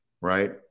right